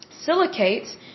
silicates